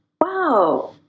wow